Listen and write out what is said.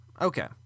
Okay